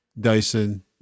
dyson